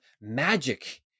magic